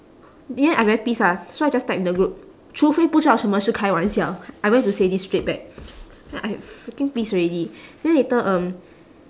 then I very pissed ah so I just type in the group 除非不知道什么是开玩笑 I went to say this straight back then I freaking pissed already then later um